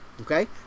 Okay